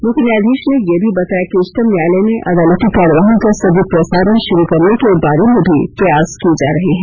मुख्य न्यायाधीश ने यह भी बताया कि उच्चतम न्यायालय में अदालती कार्यवाही का सजीव प्रसारण शुरू करने के बारे में भी प्रयास किए जा रहे हैं